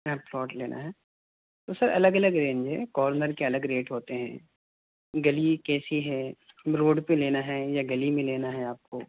نیا پلاٹ لینا ہے تو سر الگ الگ رینج ہے کارنر کے الگ ریٹ ہوتے ہیں گلی کیسی ہے روڈ پہ لینا ہے یا گلی میں لینا ہے آپ کو